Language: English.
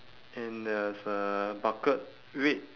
and there's a bucket red